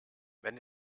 wenn